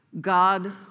God